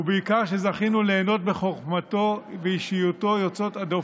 ובעיקר זכינו ליהנות מחוכמתו ואישיותו יוצאות הדופן.